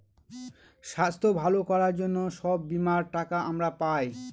স্বাস্থ্য ভালো করার জন্য সব বীমার টাকা আমরা পায়